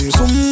zoom